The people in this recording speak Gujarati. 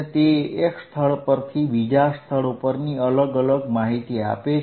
અને તે એક સ્થળ પરથી બીજા સ્થળ ઉપરની અલગ અલગ માહિતી આપે છે